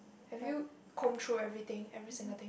have you combed through everything every single thing